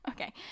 okay